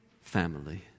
family